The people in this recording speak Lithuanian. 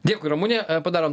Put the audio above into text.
dėkui ramune padarom